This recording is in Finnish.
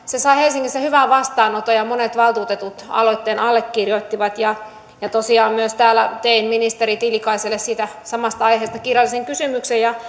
se sai helsingissä hyvän vastaanoton ja monet valtuutetut aloitteen allekirjoittivat tosiaan myös tein täällä ministeri tiilikaiselle samasta aiheesta kirjallisen kysymyksen ja